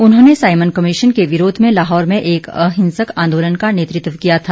इन्होंने Simon Commission के विरोध में लाहौर में एक अहिंसक आंदोलन का नेतृत्व किया था